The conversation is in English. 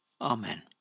Amen